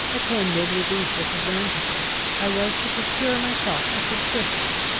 attended with these disadvantages, i was to procure myself a subsistence,